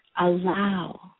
Allow